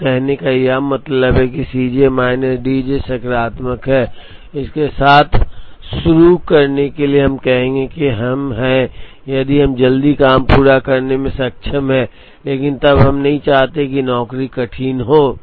तो यह कहने का मतलब है कि C J minus D J सकारात्मक है इसके साथ शुरू करने के लिए हम कहेंगे कि हम हैं यदि हम जल्दी काम पूरा करने में सक्षम हैं लेकिन तब हम नहीं चाहते हैं कि नौकरी कठिन हो